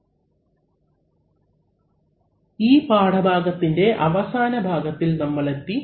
അവലംബിക്കുന്ന സ്ലൈഡ് സമയം 1438 ഈ പാഠഭാഗത്തിന്റെ അവസാന ഭാഗത്തിൽ നമ്മൾ എത്തി